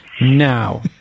Now